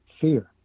fear